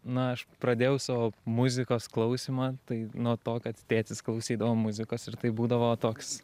na aš pradėjau savo muzikos klausymą tai nuo to kad tėtis klausydavo muzikos ir tai būdavo toks